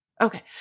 Okay